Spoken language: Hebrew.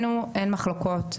אין מחלוקות.